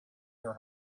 your